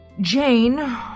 Jane